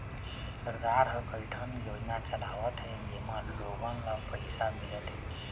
सरकार ह कइठन योजना चलावत हे जेमा लोगन ल पइसा मिलथे